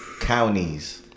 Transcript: counties